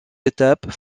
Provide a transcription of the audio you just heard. étapes